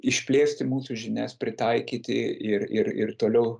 išplėsti mūsų žinias pritaikyti ir ir ir toliau